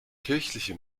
kirchliche